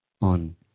on